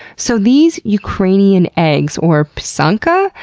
so these ukrainian eggs, or pysanka,